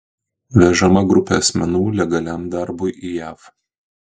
vežama grupė asmenų legaliam darbui į jav